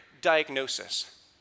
diagnosis